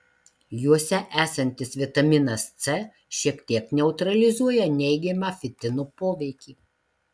juose esantis vitaminas c šiek tiek neutralizuoja neigiamą fitino poveikį